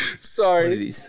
Sorry